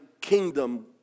kingdom